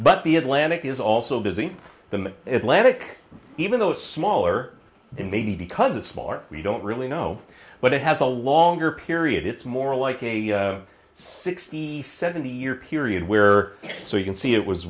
but the atlantic is also busy the atlanta even though it's smaller and maybe because it's smaller we don't really know but it has a longer period it's more like a sixty seventy year period where so you can see it was